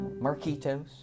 Marquitos